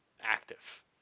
active